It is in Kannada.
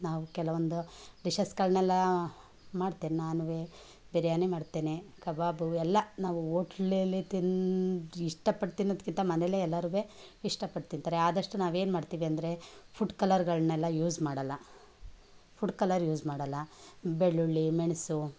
ನಾವು ಕೆಲವೊಂದು ಡಿಶಸ್ಗಳ್ನೆಲ್ಲ ಮಾಡ್ತೇನೆ ನಾನು ಬಿರಿಯಾನಿ ಮಾಡ್ತೇನೆ ಕಬಾಬು ಎಲ್ಲಾ ನಾವು ಓಟ್ಲಲ್ಲಿ ತಿನ್ನು ಇಷ್ಟಪಟ್ಟು ತಿನ್ನೋದಕ್ಕಿಂತ ಮನೆಯಲ್ಲೇ ಎಲ್ಲಾರು ಇಷ್ಟಪಟ್ಟು ತಿಂತಾರೆ ಆದಷ್ಟು ನಾವೇನು ಮಾಡ್ತೀವಿ ಅಂದರೆ ಫುಡ್ ಕಲರ್ಗಳನ್ನೆಲ್ಲ ಯೂಸ್ ಮಾಡಲ್ಲ ಫುಡ್ ಕಲರ್ ಯೂಸ್ ಮಾಡಲ್ಲ ಬೆಳ್ಳುಳ್ಳಿ ಮೆಣಸು